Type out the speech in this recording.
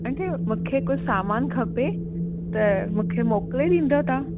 मुखे कुछ सामान खपे त मुखे मोकले डींदा तां